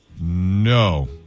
No